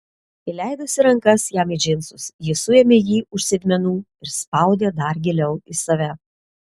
įleidusi rankas jam į džinsus ji suėmė jį už sėdmenų ir spaudė dar giliau į save